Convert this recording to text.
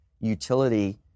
utility